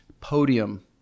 podium